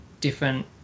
different